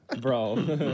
Bro